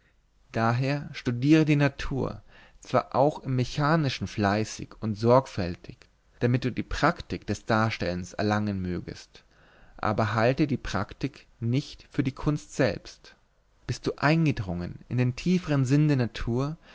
daher studiere die natur zwar auch im mechanischen fleißig und sorgfältig damit du die praktik des darstellens erlangen mögest aber halte die praktik nicht für die kunst selbst bist du eingedrungen in den tiefern sinn der natur